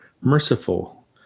merciful